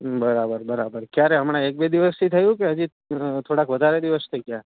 બરાબર બરાબર ક્યારે હમણાં એક બે દિવસથી થયું કે હજી થોડાક વધારે દિવસ થઇ ગયા